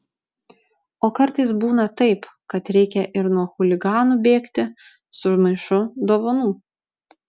o kartais būna taip kad reikia ir nuo chuliganų bėgti su maišu dovanų